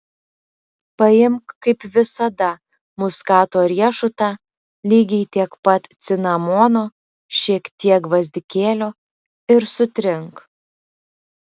paimk kaip visada muskato riešutą lygiai tiek pat cinamono šiek tiek gvazdikėlio ir sutrink